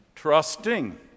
trusting